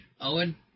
Owen